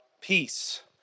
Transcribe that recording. peace